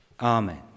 Amen